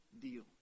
deal